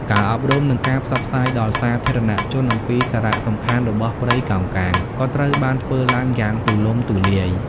ការអប់រំ និងការផ្សព្វផ្សាយដល់សាធារណជនអំពីសារៈសំខាន់របស់ព្រៃកោងកាងក៏ត្រូវបានធ្វើឡើងយ៉ាងទូលំទូលាយ។